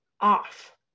off